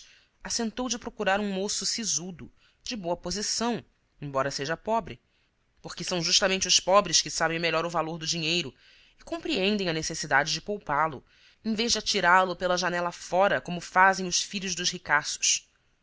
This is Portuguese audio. assentou de procurar um moço sisudo de boa posição embora seja pobre porque são justamente os pobres que sabem melhor o valor do dinheiro e compreendem a necessidade de poupá lo em vez de atirá-lo pela janela fora como fazem os filhos dos ricaços